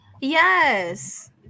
Yes